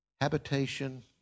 habitation